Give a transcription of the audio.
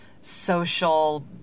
social